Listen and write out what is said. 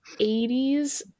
80s